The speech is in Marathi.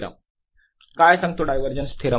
काय सांगतो डायव्हरजन्स थेरम